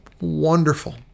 wonderful